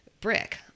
brick